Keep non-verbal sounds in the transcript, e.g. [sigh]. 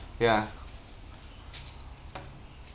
ya [breath]